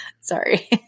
Sorry